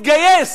גם אם הוא התגייס